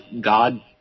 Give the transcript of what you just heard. God